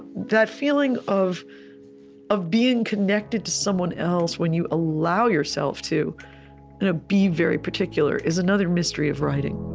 that feeling of of being connected to someone else, when you allow yourself to and be very particular, is another mystery of writing